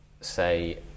say